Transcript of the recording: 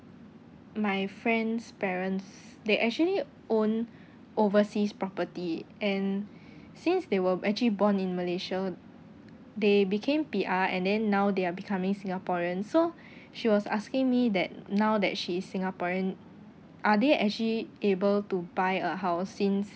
my friend's parents they actually own overseas property and since they were actually born in malaysia they became P_R and then now they're becoming singaporeans so she was asking me that now that she is singaporean are they actually able to buy a house since